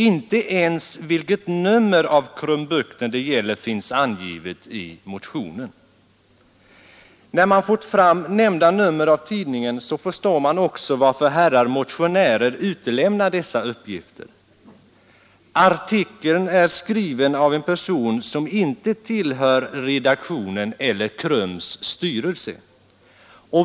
Inte ens vilket nummer av Krumbukten det gäller finns angivet i motionen. När man fått fram detta nummer av tidningen förstår man också varför herrar motionärer utelämnar dessa uppgifter. Artikeln är skriven av en person som inte tillhör redaktionen eller KRUM:s styrelse.